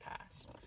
past